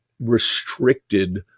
restricted